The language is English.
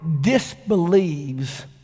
disbelieves